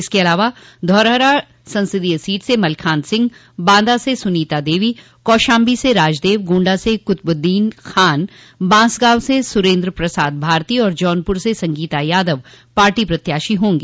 इसके अलावा धौरहरा संसदीय सीट से मलखान सिंह बांदा से सुनीता देवी कौशाम्बी से राजदेव गोण्डा से कुतुबद्दीन खान बांसगांव से सुरेन्द्र प्रसाद भारती तथा जौनपुर से संगीता यादव पार्टी की प्रत्याशी होंगी